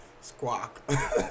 Squawk